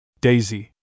Daisy